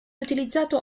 utilizzato